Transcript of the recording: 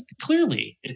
clearly